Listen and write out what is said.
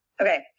Okay